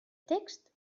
text